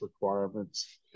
requirements